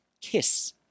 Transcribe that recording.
kiss